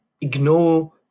ignore